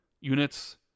units